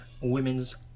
women's